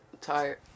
tired